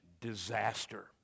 disaster